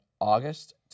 August